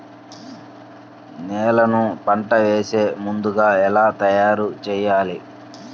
నేలను పంట వేసే ముందుగా ఎలా తయారుచేయాలి?